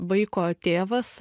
vaiko tėvas